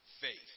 faith